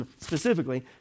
specifically